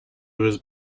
was